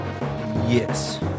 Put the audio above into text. Yes